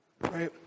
Right